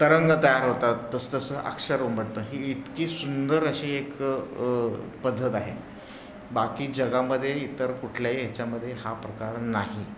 तरंग तयार होतात तसं तसं अक्षर उमटतं ही इतकी सुंदर अशी एक पद्धत आहे बाकी जगामध्ये इतर कुठल्याही ह्याच्यामध्ये हा प्रकार नाही